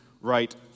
right